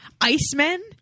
Iceman